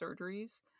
surgeries